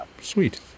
sweet